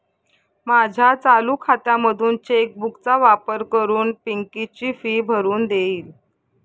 माझ्या चालू खात्यामधून चेक बुक चा वापर करून पिंकी ची फी भरून देईल